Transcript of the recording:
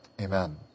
amen